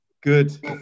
Good